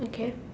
okay